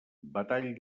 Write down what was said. batall